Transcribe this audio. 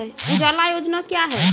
उजाला योजना क्या हैं?